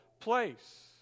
place